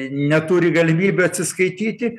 neturi galimybių atsiskaityti